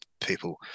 people